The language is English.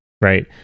Right